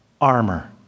armor